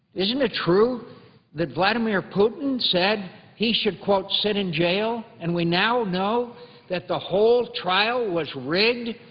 isn't it true that vladimir putin said he should quote sit in jail. and we now know that the whole trial was rigged,